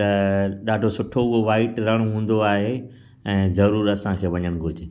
त ॾाढो सुठो उहो व्हाइट रण हूंदो आहे ऐं ज़रूरु असांखे वञणु घुरिजे